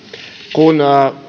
kun